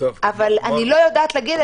אבל אני לא יודעת להגיד.